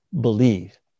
believe